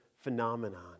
phenomenon